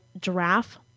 giraffe